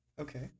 Okay